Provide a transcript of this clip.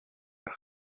aha